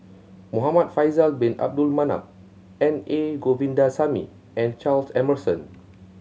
Muhamad Faisal Bin Abdul Manap N A Govindasamy and Charles Emmerson